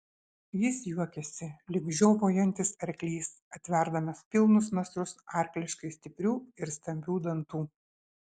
jis juokėsi lyg žiovaujantis arklys atverdamas pilnus nasrus arkliškai stiprių ir stambių dantų